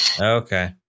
Okay